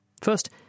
First